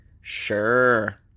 Sure